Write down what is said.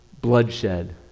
bloodshed